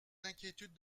l’inquiétude